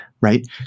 Right